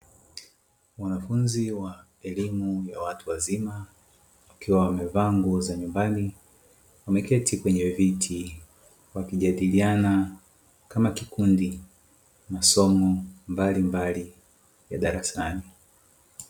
Wanafunzi wa elimu ya watu wazima wakiwa wamevaa nguo za nyumbani wameketi kwenye viti wakijadiliana kama kikundi masomo mbalimbali ya darasani.